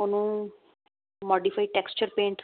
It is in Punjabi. ਉਹਨੂੰ ਮੋਡੀਫਾਈ ਟੈਕਸਚਰ ਪੇਂਟ